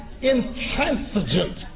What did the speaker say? intransigent